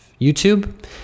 YouTube